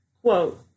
Quote